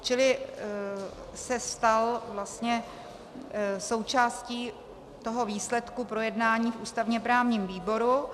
Čili se stal vlastně součástí toho výsledku projednání v ústavněprávním výboru.